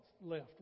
left